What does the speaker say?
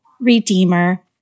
redeemer